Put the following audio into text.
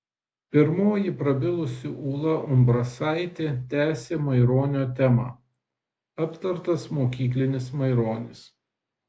pirmoji prabilusi ūla ambrasaitė tęsė maironio temą aptartas mokyklinis maironis